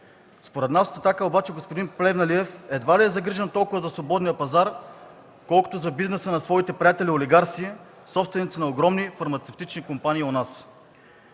Според нас от „Атака” обаче господин Плевнелиев едва ли е загрижен толкова за свободния пазар, колкото за бизнеса на своите приятели олигарси, собственици на огромни фармацевтични компании у нас.